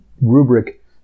rubric